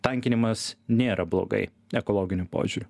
tankinimas nėra blogai ekologiniu požiūriu